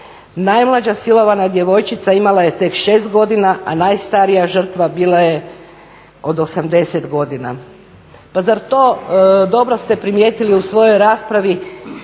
Najmlađa silovana djevojčica imala je tek 6 godina, a najstarija žena bila je od 80 godina". Pa zar to, dobro ste primijetili u svojoj raspravi